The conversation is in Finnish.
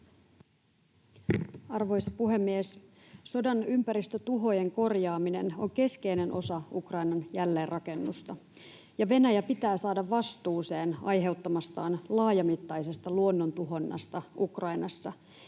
Arvoisa puhemies! Sodan ympäristötuhojen korjaaminen on keskeinen osa Ukrainan jälleenrakennusta, ja Venäjä pitää saada vastuuseen aiheuttamastaan laajamittaisesta luonnontuhonnasta Ukrainassa.